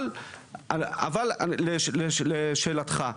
אבל לשאלתך.